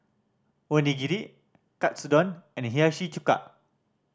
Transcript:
Onigiri Katsudon and Hiyashi Chuka